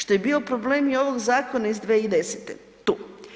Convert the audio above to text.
Što je bio problem i ovog zakona iz 2010. tu.